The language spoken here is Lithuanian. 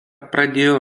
pradėjo